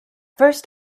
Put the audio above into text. first